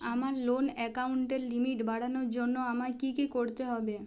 আমার লোন অ্যাকাউন্টের লিমিট বাড়ানোর জন্য আমায় কী কী করতে হবে?